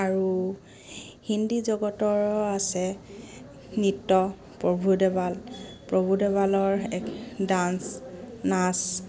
আৰু হিন্দী জগতৰ আছে নৃত্য প্ৰভু দেৱাল প্ৰভু দেৱালৰ এক ডান্স নাচ